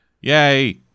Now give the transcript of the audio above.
Yay